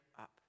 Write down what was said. up